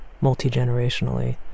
multi-generationally